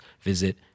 visit